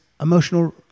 emotional